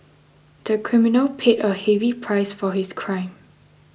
the criminal paid a heavy price for his crime